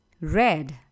Red